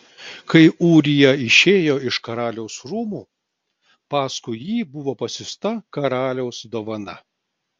kai ūrija išėjo iš karaliaus rūmų paskui jį buvo pasiųsta karaliaus dovana